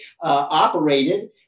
operated